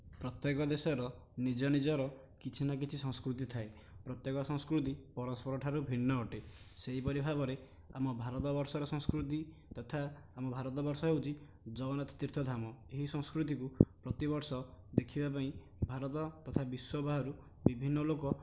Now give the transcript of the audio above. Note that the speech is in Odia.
ପ୍ରତ୍ୟେକ ଦେଶର ନିଜ ନିଜର କିଛି ନା କିଛି ସଂସ୍କୃତି ଥାଏ ପ୍ରତ୍ୟେକ ସଂସ୍କୃତି ପରସ୍ପରଠାରୁ ଭିନ୍ନ ଅଟେ ସେହିପରି ଭାବରେ ଆମ ଭାରତ ବର୍ଷର ସଂସ୍କୃତି ତଥା ଆମ ଭାରତ ବର୍ଷ ହେଉଛି ଜଗନ୍ନାଥ ତୀର୍ଥ ଧାମ ଏହି ସଂସ୍କୃତିକୁ ପ୍ରତି ବର୍ଷ ଦେଖିବା ପାଇଁ ଭାରତ ତଥା ବିଶ୍ୱ ବାହାରୁ ବିଭିନ୍ନ ଲୋକ